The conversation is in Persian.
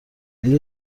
اگه